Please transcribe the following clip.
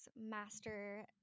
master